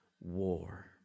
war